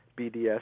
BDS